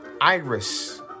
Iris